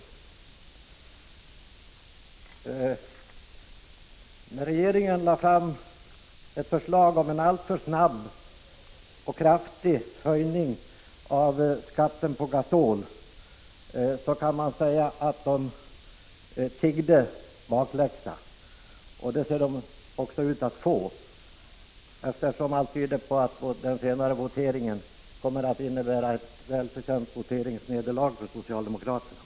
Man kan säga att när regeringen lade fram sitt förslag om en alltför snabb och kraftig höjning av skatten på gasol tiggde den samtidigt om bakläxa — och bakläxa ser regeringen ut att få. Allt tyder nämligen på att den stundande voteringen kommer att innebära ett välförtjänt nederlag för socialdemokraterna.